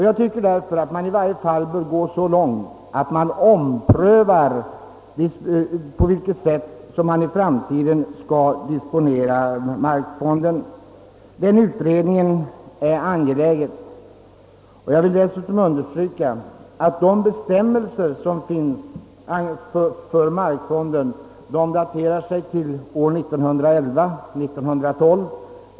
Jag tycker därför att man åtminstone bör gå så långt att man omprövar beslutet om hur markfonden skall disponeras i framtiden. Det är angeläget att en sådan utredning snarast kommer till stånd. Jag vill dessutom understryka att de bestämmelser som finns för markfonden daterar sig till år 1911 och 1912.